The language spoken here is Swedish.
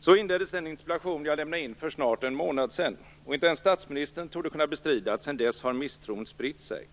Så inleddes den interpellation jag lämnade in för snart en månad sedan. Inte ens statsministern torde kunna bestrida att sedan dess har misstron spritt sig.